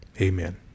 Amen